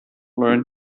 learned